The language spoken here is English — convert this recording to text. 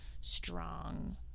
strong